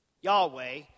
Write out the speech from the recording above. Yahweh